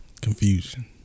confusion